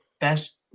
best